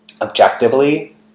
objectively